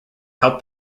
help